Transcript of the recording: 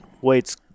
weight's